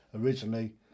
Originally